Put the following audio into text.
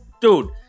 dude